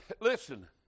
Listen